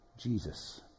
Jesus